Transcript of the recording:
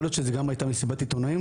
יכול להיות שזה גם הייתה מסיבת עיתונאים,